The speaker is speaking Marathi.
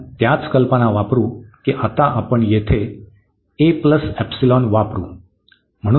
आपण त्याच कल्पना वापरु की आता आपण येथे वापरू